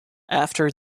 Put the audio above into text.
after